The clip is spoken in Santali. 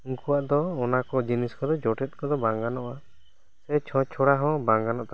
ᱩᱱᱠᱩᱣᱟᱜ ᱫᱚ ᱚᱱᱟ ᱠᱚ ᱡᱤᱱᱤᱥ ᱠᱚ ᱫᱚ ᱡᱚᱴᱮᱫᱽ ᱠᱚ ᱫᱚ ᱵᱟᱝ ᱜᱟᱱᱚᱜᱼᱟ ᱪᱷᱚᱪ ᱪᱷᱚᱨᱟ ᱦᱚᱸ ᱵᱟᱝ ᱜᱟᱱᱚᱜ ᱛᱟᱠᱚᱣᱟ